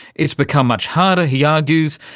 it's become much harder, he argues,